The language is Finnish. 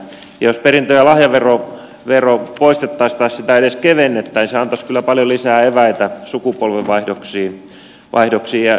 jos perintö ja lahjavero poistettaisiin tai sitä edes kevennettäisiin se antaisi kyllä paljon lisää eväitä sukupolvenvaihdoksiin ja edistäisi niitä